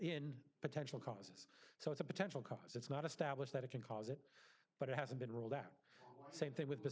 in potential cause so it's a potential cause it's not established that it can cause it but it hasn't been ruled out same thing with